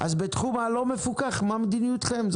אז בתחום הלא מפוקח מה מדיניותכם?